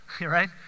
right